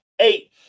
Eight